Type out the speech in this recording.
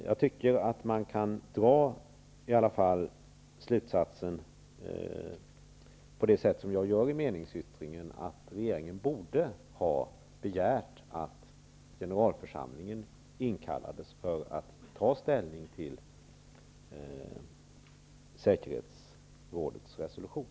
Jag tycker att man kan dra slutsatsen på det sätt som jag gör i meningsyttringen, att regeringen borde ha begärt att generalförsamlingen inkallades för att ta ställning till säkerhetsrådets resolution.